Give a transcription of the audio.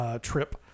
trip